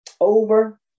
over